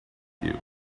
you